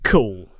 Cool